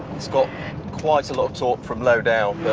it's got quite a lot of torque from low down.